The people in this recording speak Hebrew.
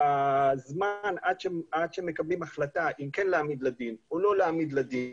הזמן עד שמקבלים החלטה אם כן להעמיד או לא להעמיד לדין,